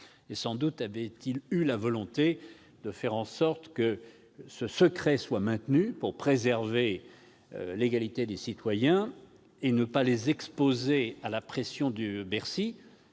Sans doute avait-il eu la volonté de faire en sorte que ce secret soit maintenu, pour préserver l'égalité des citoyens et ne pas les exposer à la pression de Bercy,